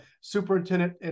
superintendent